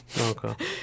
okay